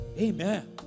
Amen